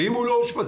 ואם הוא לא יאושפז,